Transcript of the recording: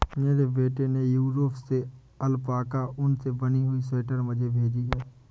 मेरे बेटे ने यूरोप से अल्पाका ऊन से बनी हुई स्वेटर मुझे भेजी है